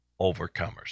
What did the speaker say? overcomers